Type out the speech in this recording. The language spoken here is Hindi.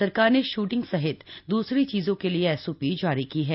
सरकार ने शूटिंग सहित दूसरे चीजों के लिए एसओपी जारी की है